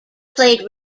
played